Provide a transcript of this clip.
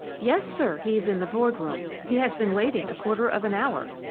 yes, sir, he's in the board-room. he has been waiting a quarter of an hour.